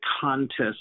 contest